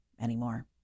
anymore